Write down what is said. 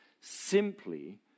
simply